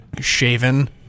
shaven